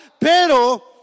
pero